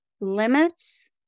limits